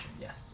yes